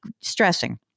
stressing